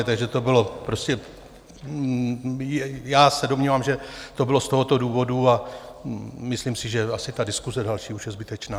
Takže to bylo prostě já se domnívám, že to bylo z tohoto důvodu, a myslím si, že asi ta diskuse další už je zbytečná.